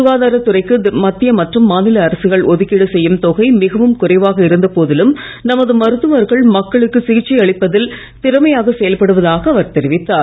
சுகாதாரத் துறைக்கு மத்திய மற்றும் மாநில அரசுகள் ஒதுக்கீடு செய்யும் தொகை மிகவும் குறைவாக இருந்த போதிலும் நமது மருத்துவர்கள் மக்களுக்கு சிகிச்சை அளிப்பதில் திறமையாக செயல்படுவதாக அவர் தெரிவித்தார்